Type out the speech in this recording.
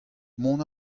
mont